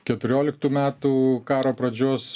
keturioliktų metų karo pradžios